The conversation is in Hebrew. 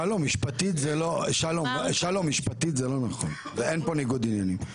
שלום, משפטית זה לא נכון, אין פה ניגוד עניינים.